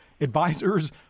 advisors